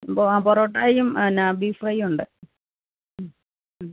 ആ പൊറോട്ടയും പിന്നെ ബീഫ് ഫ്രൈയ്യുണ്ട്